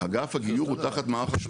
אגף הגיור הוא תחת מערך,